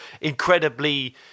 incredibly